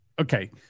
Okay